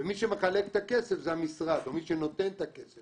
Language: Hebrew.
מי שמחלק את הכסף זה המשרד, או מי שנותן את הכסף.